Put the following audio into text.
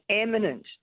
eminent